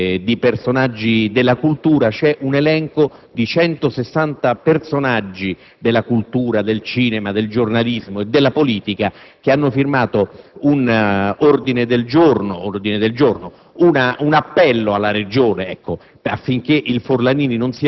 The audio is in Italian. parlo di registi della cinematografia italiana - attori e personaggi della cultura: c'è un elenco di 160 personaggi della cultura, del cinema, del giornalismo e della politica che hanno firmato un appello alla Regione